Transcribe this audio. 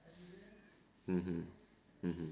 mmhmm mmhmm